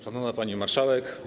Szanowna Pani Marszałek!